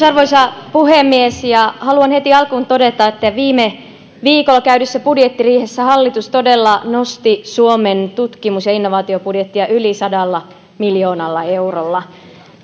arvoisa puhemies haluan heti alkuun todeta että viime viikolla käydyssä budjettiriihessä hallitus todella nosti suomen tutkimus ja innovaatiobudjettia yli sadalla miljoonalla eurolla